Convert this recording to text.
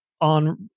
on